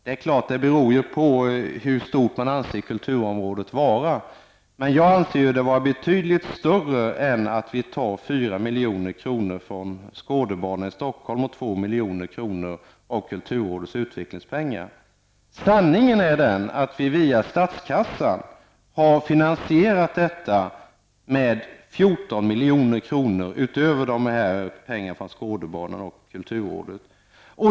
Det är klart att det beror ju på hur stort man anser kulturområdet vara. Jag anser det dock vara betydligt större än att det skulle utgöra 4 från kulturrådets utvecklingspengar. Sanningen är att detta har finansierats via statskassan med 14 milj.kr. utöver de pengar som tas från Skådebanan och kulturrådet.